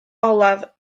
olaf